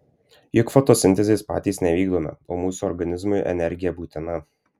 juk fotosintezės patys nevykdome o mūsų organizmui energija būtina